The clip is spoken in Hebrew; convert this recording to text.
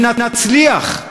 אם נצליח,